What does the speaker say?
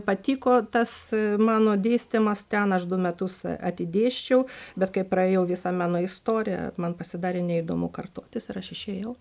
patiko tas mano dėstymas ten aš du metus atidėsčiau bet kai praėjau visą meno istoriją man pasidarė neįdomu kartotis ir aš išėjau